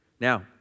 Now